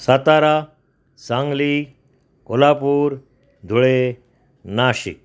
Satara Sangli Kolhapur Dhule Nashik